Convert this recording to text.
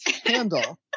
Handle